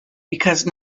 because